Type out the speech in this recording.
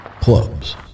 clubs